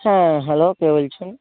হ্যাঁ হ্যালো কে বলছেন